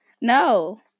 No